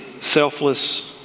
selfless